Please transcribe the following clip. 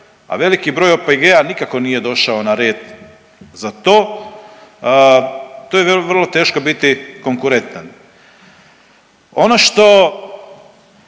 a veliki broj OPG-a nikako nije došao na red za to, tu je vrlo teško biti konkurentan. Ono što